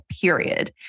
period